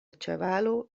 ĉevalo